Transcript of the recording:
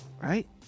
Right